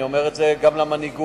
אני אומר זאת גם למנהיגות,